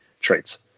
traits